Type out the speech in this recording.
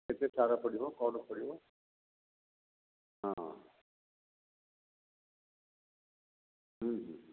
କେତେ ସାର ପଡ଼ିବ କ'ଣ ପଡ଼ିବ ହଁ